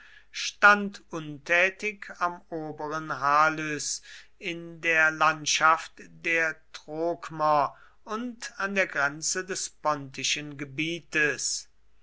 stand untätig am oberen halys in der landschaft der trokmer an der grenze des pontischen gebietes